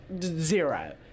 Zero